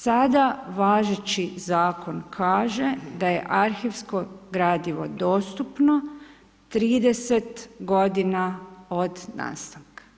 Sada važeći zakon kaže da je arhivsko gradivo dostupno 30 godina od nastanka.